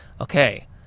okay